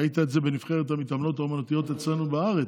ראית את זה בנבחרת ההתעמלות האומנותית אצלנו בארץ.